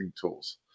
tools